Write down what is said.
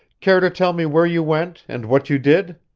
care to tell me where you went and what you did?